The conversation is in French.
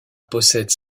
possède